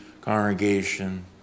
congregation